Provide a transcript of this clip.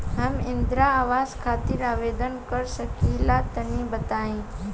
हम इंद्रा आवास खातिर आवेदन कर सकिला तनि बताई?